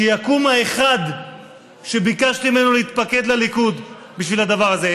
שיקום האחד שביקשתי ממנו להתפקד לליכוד בשביל הדבר הזה.